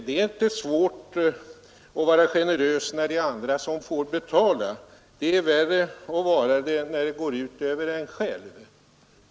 Det är inte svårt att vara generös när det är andra som får betala — det är värre att vara det när det går ut över en själv.